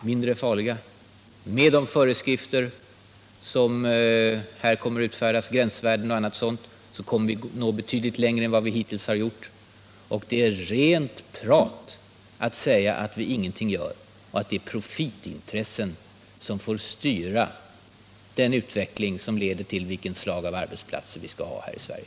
mindre farliga. Med de föreskrifter som kommer att utfärdas — gränsvärden och annat sådant - kommer vi att nå betydligt längre än vi hittills har gjort. Det är rent prat att säga att vi ingenting gör och att det är profitintressen som får styra den utveckling som leder till vilket slag av arbetsmiljö som vi skall ha här i Sverige.